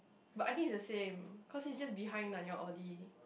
but I think is the same cause it is just behind Nanyang-Audi